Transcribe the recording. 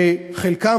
שחלקם,